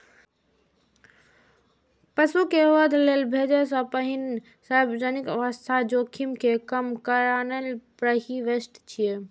पशु कें वध लेल भेजै सं पहिने सार्वजनिक स्वास्थ्य जोखिम कें कम करनाय प्रीहार्वेस्ट छियै